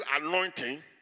anointing